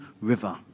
River